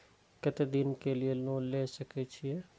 केते दिन के लिए लोन ले सके छिए?